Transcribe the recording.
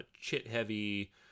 chit-heavy